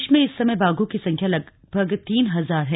देश में इस समय बाघों की संख्या लगभग तीन हजार है